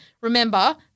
Remember